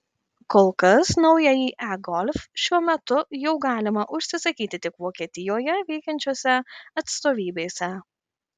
kol kas naująjį e golf šiuo metu jau galima užsisakyti tik vokietijoje veikiančiose atstovybėse